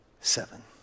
seven